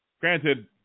granted